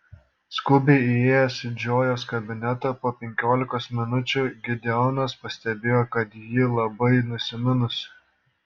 skubiai įėjęs į džojos kabinetą po penkiolikos minučių gideonas pastebėjo kad ji labai nusiminusi